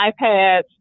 iPads